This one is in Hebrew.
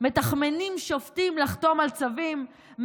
מתחמנים שופטים לחתום על צווים,